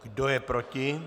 Kdo je proti?